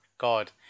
god